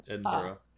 Edinburgh